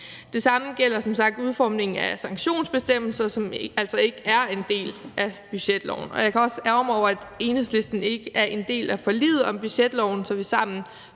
Det samme gælder som sagt udformningen af sanktionsbestemmelserne, som altså ikke er en del af budgetloven. Jeg kan også ærgre mig over, at Enhedslisten ikke er en del af forliget om budgetloven, så vi sammen